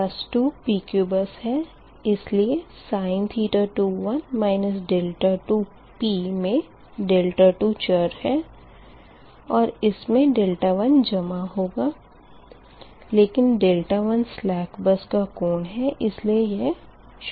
बस 2 PQ बस है इसलिए sin मे 2 चर है और इसमें 1 जमा होगा लेकिन 1 सलेक बस का कोण है इसलिए यह शून्य होगा